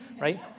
right